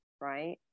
right